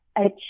achieve